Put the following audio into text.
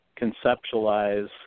conceptualize